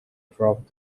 drop